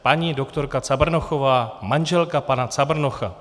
Paní doktorka Cabrnochová, manželka pana Cabrnocha.